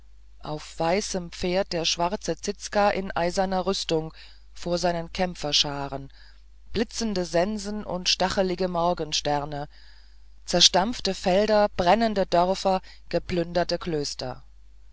auf weißem pferd der schwarze zizka in eiserner rüstung vor seinen kämpferscharen blitzende sensen und stachlige morgensterne zerstampfte felder brennende dörfer geplünderte klöster